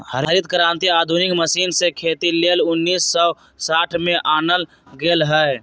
हरित क्रांति आधुनिक मशीन से खेती लेल उन्नीस सौ साठ में आनल गेल रहै